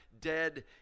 dead